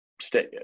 stay